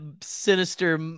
sinister